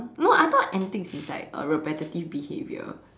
no I thought antics is like a repetitive behavior